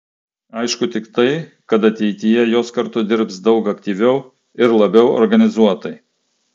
aišku tik tai kad ateityje jos kartu dirbs daug aktyviau ir labiau organizuotai